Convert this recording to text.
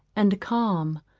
and calm,